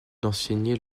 d’enseigner